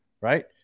right